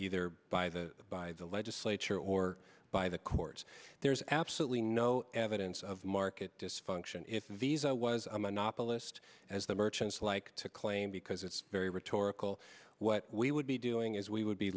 either by the by the legislature or by the courts there's absolutely no evidence of market dysfunction if visa was a monopolist as the merchants like to claim because it's very rhetorical what we would be doing is we would be